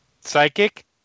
Psychic